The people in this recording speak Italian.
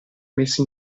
messi